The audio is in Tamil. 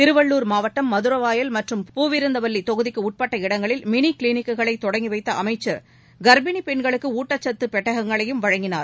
திருவள்ளூர் மாவட்டம் மதுரவாயல் மற்றும் பூவிருந்தவல்லி தொகுதிக்குட்பட்ட இடங்களில் மினி க்ளினிக்குகளை தொடங்கி வைத்த அமைச்சி காப்பினி பெண்களுக்கு ஊட்டச்சத்து பெட்டகங்களையும் வழங்கினார்